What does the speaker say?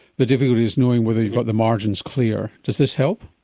the difficulty is knowing whether you've got the margins clear. does this help?